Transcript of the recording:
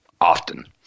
often